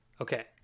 Okay